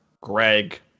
Greg